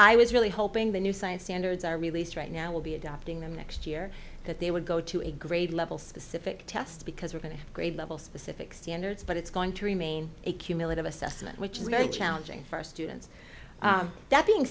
i was really hoping the new science standards are released right now will be adopting them next year that they would go to a grade level specific test because we're going to grade level specific standards but it's going to remain a cumulative assessment which is going challenging for students that being